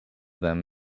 them